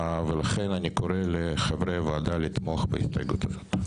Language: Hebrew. לכן אני קורא לחברי הוועדה לתמוך בהסתייגות זאת.